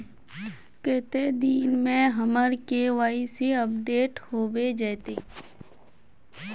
कते दिन में हमर के.वाई.सी अपडेट होबे जयते?